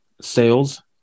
sales